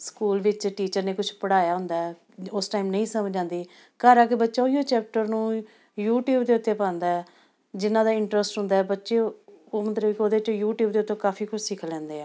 school ਵਿੱਚ teacher ਨੇ ਕੁਛ ਪੜ੍ਹਾਇਆ ਹੁੰਦਾ ਉਸ ਟਾਈਮ ਨਹੀਂ ਸਮਝ ਆਉਂਦੀ ਘਰ ਆ ਕੇ ਬੱਚਾ ਉਹੀਓ ਚੈਪਟਰ ਨੂੰ ਯੂਟਿਊਬ ਦੇ ਉੱਤੇ ਪਾਉਂਦਾ ਹੈ ਜਿਨ੍ਹਾਂ ਦਾ ਇੰਟਰਸਟ ਹੁੰਦਾ ਬੱਚਿਓ ਉਹ ਮਤਲਬ ਉਹਦੇ 'ਚ ਯੂਟੀਊਬ ਦੇ ਉੱਤੋਂ ਕਾਫੀ ਕਾਫੀ ਕੁਝ ਸਿੱਖ ਲੈਂਦੇ ਆ